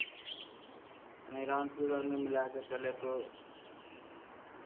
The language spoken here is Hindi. नहीं राउंड फिगर मिला कर चलें तो